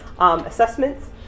assessments